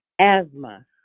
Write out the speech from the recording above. asthma